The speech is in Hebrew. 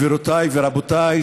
גבירותיי ורבותיי,